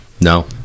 No